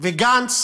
וגנץ